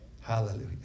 Hallelujah